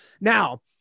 Now